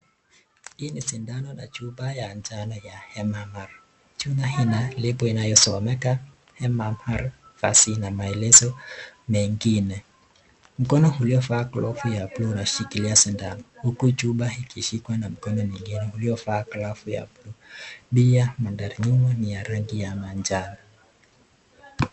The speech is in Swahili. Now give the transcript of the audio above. Hii ni sindano na chupa ya chanjo ya MMR. Chupa ina lebo inayosomeka MMR vaccine na maelezo mengine. Mkono uliofaa glovu ya blue unashikilia sindano huku chupa ikishikwa na mkono mwingine uliova glovu ya blue . Pia mandhari nyuma ni ya rangi ya manjano.